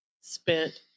Spent